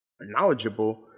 knowledgeable